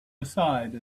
aside